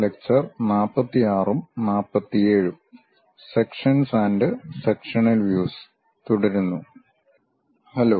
lecture 46 ഉം 47 ഉം sections and sectional views തുടരുന്നു ഹലോ